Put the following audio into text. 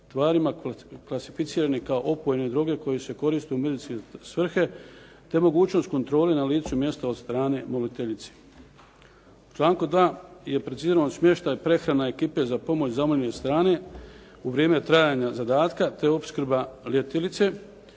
klasificiranih kao opojne droge koje se koriste u medicinske svrhe, te mogućnost kontrole na licu mjesta od strane moliteljice. U članku 2. je precizirano smještaj, prehrana ekipe za pomoć zamoljene strane u vrijeme trajanja zadatka, te opskrba moliteljice.